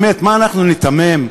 באמת, מה אנחנו ניתמם?